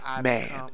man